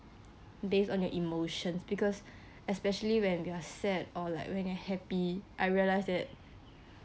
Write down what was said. based on your emotions because especially when we are sad or like when you're happy I realised that